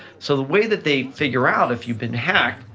so the way that they figure out if you've been hacked,